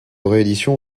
réédition